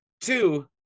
Two